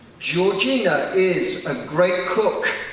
georgina is a great cook,